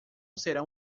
serão